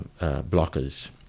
blockers